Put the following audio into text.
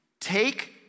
Take